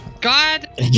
God